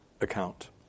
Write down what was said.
account